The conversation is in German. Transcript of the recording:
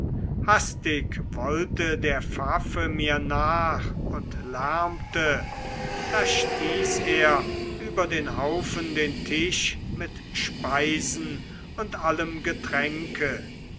hastig wollte der pfaffe mir nach und lärmte da stieß er über den haufen den tisch mit speisen und allem getränke